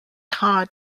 hard